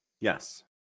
Yes